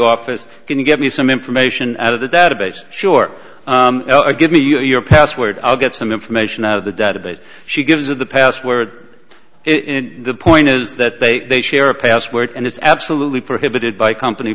office can you give me some information out of the database sure give me your password i'll get some information out of the database she gives of the past word in the point is that they share a password and it's absolutely prohibited by company